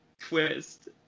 twist